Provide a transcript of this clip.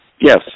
Yes